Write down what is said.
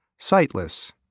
sightless